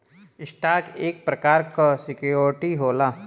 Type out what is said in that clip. stock एक प्रकार क सिक्योरिटी होला